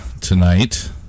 tonight